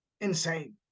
insane